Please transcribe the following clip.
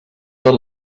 tot